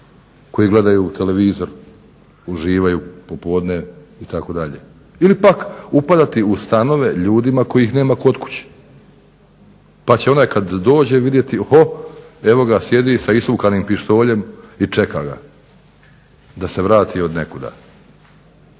koji gledaju televizor, uživaju popodne itd. ili pak upadati u stanove ljudima kojih nema kod kuće, pa će onaj kad dođe vidjeti oho, evo ga, sjedi sa isukanim pištoljem i čeka ga da se vrati od nekuda.